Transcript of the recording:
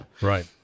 right